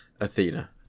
Athena